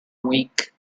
week